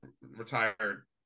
retired